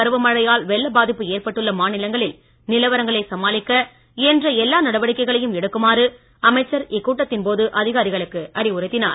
பருவமழையால் வெள்ள பாதிப்பு ஏற்பட்டுள்ள தென்மேற்கு மாநிலங்களில் நிலவரங்களை சமாளிக்க இயன்ற எல்லா நடவடிக்கைகளையும் எடுக்குமாறு அமைச்சர் இக்கூட்டத்தின் போது அதிகாரிகளுக்கு அறிவுறுத்தினார்